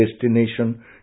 destination